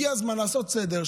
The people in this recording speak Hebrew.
הגיע הזמן לעשות סדר,